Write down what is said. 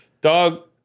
Dog